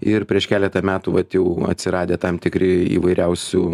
ir prieš keletą metų vat jau atsiradę tam tikri įvairiausių